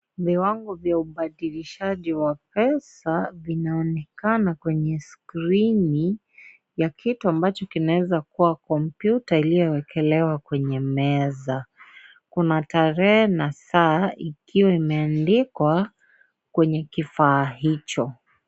Viwango vya ubadilishaji wa pesa vinaonekana kwenye sikirini ya kitu ambacho kinaweza kuwa kompyuta iliyowekelewa kwenye meza , kuna tarehe na saa ikiwa imeandikwa kwenye kifaa hicho.